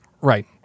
Right